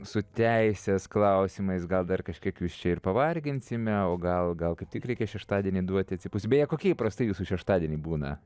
su teisės klausimais gal dar kažkiek jus čia ir pavarginsime o gal gal kaip tik reikia šeštadienį duoti atsipūst beje kokie įprastai jūsų šeštadieniai būna